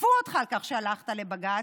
שתקפו אותך על כך שהלכת לבג"ץ,